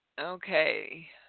okay